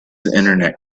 internet